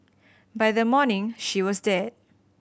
by the morning she was dead